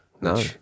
no